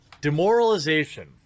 Demoralization